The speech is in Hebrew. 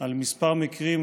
על כמה מקרים